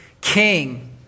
king